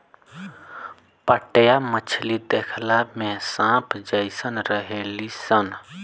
पाटया मछली देखला में सांप जेइसन रहेली सन